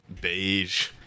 beige